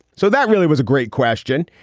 so that really was a great question.